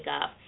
up